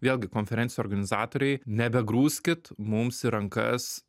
vėlgi konferencijų organizatoriai nebe grūskit mums į rankas